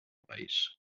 país